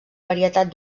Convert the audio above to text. varietat